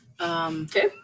Okay